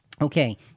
Okay